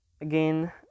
again